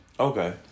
Okay